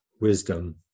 wisdom